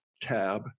tab